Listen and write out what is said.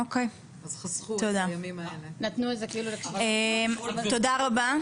תודה רבה.